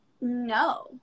No